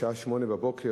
בשעה 08:00,